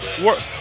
work